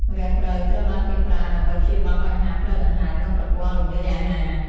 ម្រះព្រៅ ត្រូវបានគេប្រើដើម្បីព្យាបាលបញ្ហាផ្លូវដង្ហើម និងប្រព័ន្ធរំលាយអាហារ។